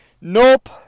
Nope